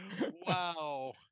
Wow